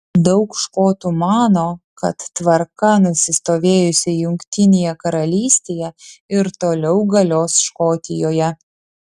daug škotų mano kad tvarka nusistovėjusi jungtinėje karalystėje ir toliau galios škotijoje